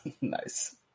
nice